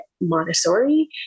Montessori